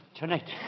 tonight